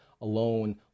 alone